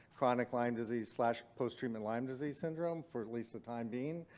chronic lyme disease post-treatment lyme disease syndrome for at least the time being.